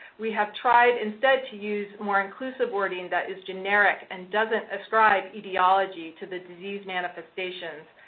we have tried, instead, to use more inclusive wording that is generic and doesn't ascribe ideology to the disease manifestations